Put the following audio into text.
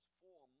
four